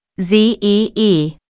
Z-E-E